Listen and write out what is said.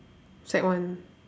sec one